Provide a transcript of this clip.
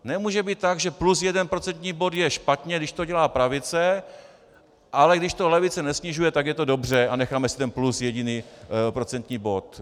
Nemůže to být tak, že plus jeden procentní bod je špatně když to dělá pravice, ale když to levice nesnižuje, tak je to dobře a necháme si ten plus jediný procentní bod.